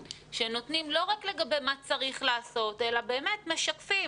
שאומרות לא רק לגבי מה צריך לעשות לא באמת משתפים,